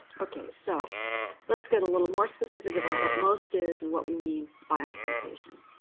ok, so let's get a little more specific about what most is and what we mean by optimization.